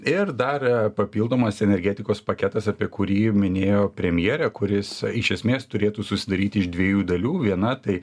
ir dar papildomas energetikos paketas apie kurį minėjo premjerė kuris iš esmės turėtų susidaryti iš dviejų dalių viena tai